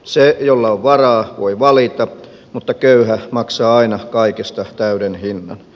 se jolla on varaa voi valita mutta köyhä maksaa aina kaikesta täyden hinnan